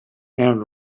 and